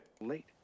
Late